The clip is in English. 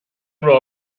raw